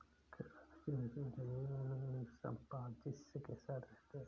कृषि पारिस्थितिकी में विभिन्न जीव सामंजस्य के साथ रहते हैं